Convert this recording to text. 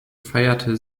feierte